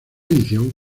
edición